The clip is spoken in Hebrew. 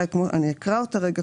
אני אקרא אותה רגע,